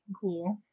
cool